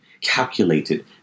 calculated